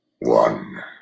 One